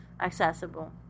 accessible